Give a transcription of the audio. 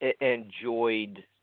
Enjoyed